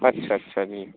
ਅੱਛਾ ਅੱਛਾ ਜੀ